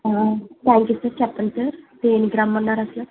thank you sir చెప్పండి sir దేనికి రమ్మన్నారు అసలు